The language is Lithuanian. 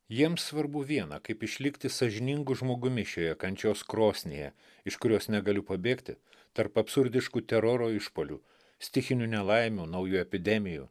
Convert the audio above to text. jiems svarbu viena kaip išlikti sąžiningu žmogumi šioje kančios krosnyje iš kurios negaliu pabėgti tarp absurdiškų teroro išpuolių stichinių nelaimių naujų epidemijų